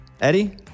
Eddie